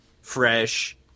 fresh